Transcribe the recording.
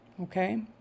Okay